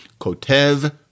kotev